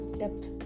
depth